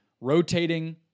rotating